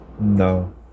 No